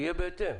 שיהיה בהתאם.